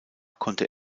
konnte